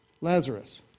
Lazarus